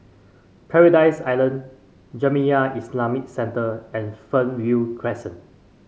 Paradise Island Jamiyah Islamic Centre and Fernhill Crescent